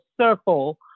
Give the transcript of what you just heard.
circle